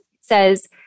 says